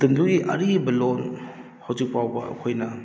ꯃꯇꯝꯗꯨꯒꯤ ꯑꯔꯤꯕ ꯂꯣꯟ ꯍꯧꯖꯤꯛꯐꯥꯎꯕ ꯑꯩꯈꯣꯏꯅ